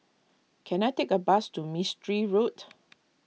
can I take a bus to Mistri Road